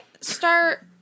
start